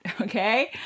Okay